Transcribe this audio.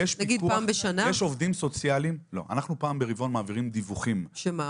כל רבעון מועבר דיווח.